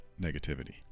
negativity